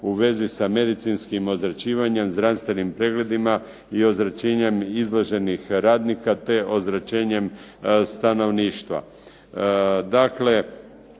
u vezi sa medicinskim ozračivanjem, zdravstvenim pregledima i ozračenjem izloženih radnika te ozračenjem stanovništva.